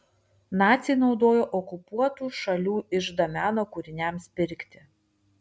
naciai naudojo okupuotų šalių iždą meno kūriniams pirkti